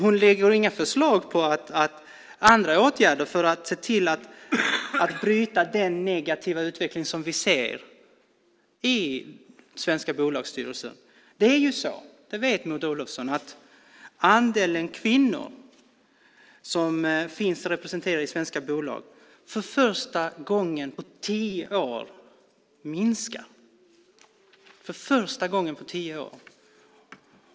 Hon lägger inte fram några förslag på andra åtgärder för att se till att bryta den negativa utveckling som vi ser i svenska bolagsstyrelser. Det är ju så - det vet Maud Olofsson - att andelen kvinnor som finns representerade i svenska bolag minskar för första gången på tio år.